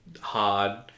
hard